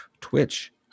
Twitch